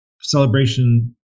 Celebration